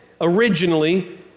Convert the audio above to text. originally